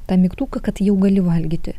tą mygtuką kad jau gali valgyti